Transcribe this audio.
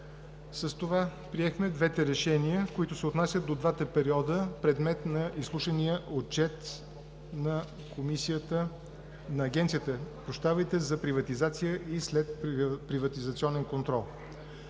С това приехме и двете решения, които се отнасят до двата периода, предмет на изслушания Отчет на Агенцията за приватизация и следприватизационен контрол.